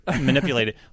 manipulated